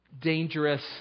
dangerous